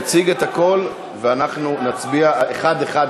תציג את הכול ואנחנו נצביע אחד-אחד,